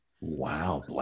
wow